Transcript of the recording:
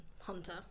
hunter